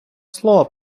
слова